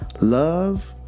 love